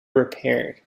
repaired